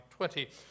20